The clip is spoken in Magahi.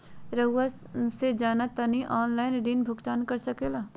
रहुआ से जाना तानी ऑनलाइन ऋण भुगतान कर सके ला?